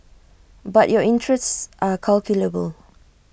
but your interests are calculable